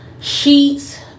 sheets